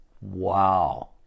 Wow